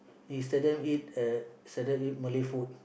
we seldom eat at seldom eat Malay food